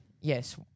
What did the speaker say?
Yes